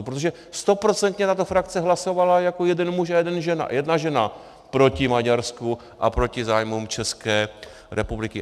Protože stoprocentně tato frakce hlasovala jako jeden muž a jedna žena proti Maďarsku a proti zájmům České republiky.